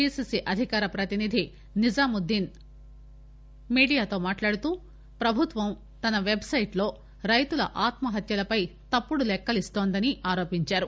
PCC అధికార ప్రతినిధి నిజాముద్దీన్ మీడియాతో మాట్లాడుతూ ప్రభుత్వం తన పెచ్ సైట్ లో రైతుల ఆత్మహత్యలపై తప్పుడు లెక్కలు ఇస్తోందని ఆరోపించారు